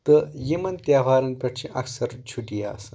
تہٕ یِمن تہوارن پٮ۪ٹھ چھِ اکثر چھُٹِیہِ آسان